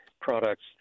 products